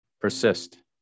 Persist